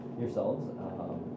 yourselves